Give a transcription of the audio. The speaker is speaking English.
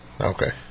Okay